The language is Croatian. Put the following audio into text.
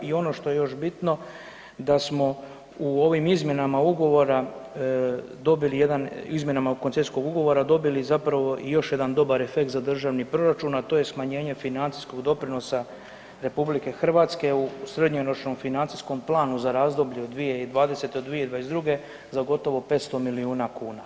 I ono što je još bitno da smo u ovim izmjenama ugovora dobili jedan, izmjenama Koncesijskog ugovora dobili zapravo i još jedan dobar efekt za državni proračun, a to je smanjenje financijskog doprinosa RH u srednjoročnom financijskom planu za razdoblje od 2020. do 2022. za gotovo 500 milijuna kuna.